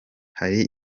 hari